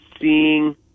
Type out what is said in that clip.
seeing